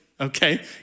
okay